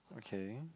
okay